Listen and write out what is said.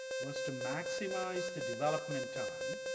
was to maximize the development time